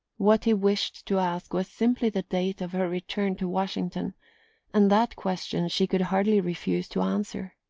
what he wished to ask was simply the date of her return to washington and that question she could hardly refuse to answer.